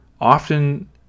often